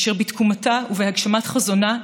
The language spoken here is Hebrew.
אשר בתקומתה ובהגשמת חזונה,